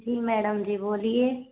जी madam जी बोलिए